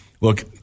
Look